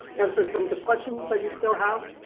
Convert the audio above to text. answer some of the questions that you still have,